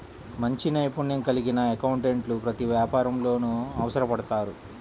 మంచి నైపుణ్యం కలిగిన అకౌంటెంట్లు ప్రతి వ్యాపారంలోనూ అవసరపడతారు